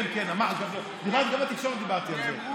כן, כן, דיברתי, גם בתקשורת דיברתי על זה.